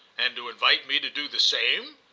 and to invite me to do the same?